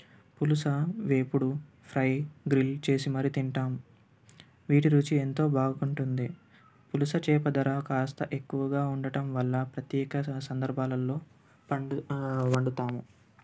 పులస వేపుడు fry grill చేసి మరీ తింటాం వీటి రుచి ఎంతో బాగుంటుంది పులస చేప ధర కాస్త ఎక్కువగా ఉండటం వల్ల ప్రత్యేక సందార్భాలలో పం వండుతాము